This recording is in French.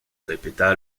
répéta